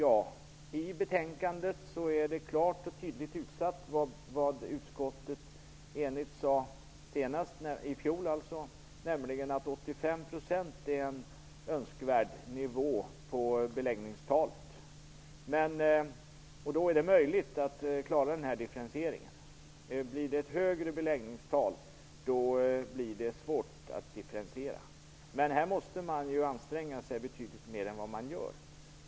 Av betänkandet framgår klart och tydligt vad ett enigt utskott sade i fjol om differentieringen: 85 % är en önskvärd nivå när det gäller beläggningstalet. Då är det möjligt att klara den här differentieringen. Om beläggningstalet är högre blir det svårt att differentiera. Här måste man anstränga sig betydligt mera än man nu gör.